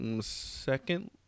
second